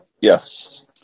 Yes